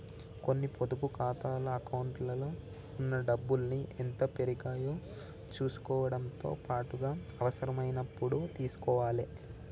కొన్ని పొదుపు ఖాతాల అకౌంట్లలో ఉన్న డబ్బుల్ని ఎంత పెరిగాయో చుసుకోవడంతో పాటుగా అవసరమైనప్పుడు తీసుకోవాలే